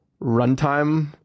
runtime